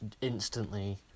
instantly